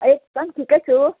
एकदम ठिकै छु